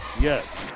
Yes